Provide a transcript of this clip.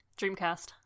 Dreamcast